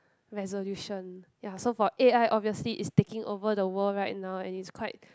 resolution ya so for a_i obviously is taking over the world right now and it's quite